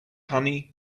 honey